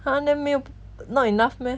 !huh! then 没有 not enough meh